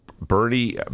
Bernie